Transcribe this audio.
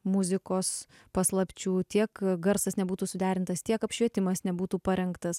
muzikos paslapčių tiek garsas nebūtų suderintas tiek apšvietimas nebūtų parengtas